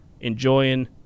enjoying